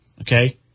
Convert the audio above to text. okay